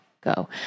go